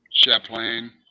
Chaplain